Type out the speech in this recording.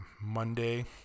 Monday